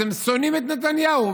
אתם שונאים את נתניהו,